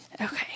okay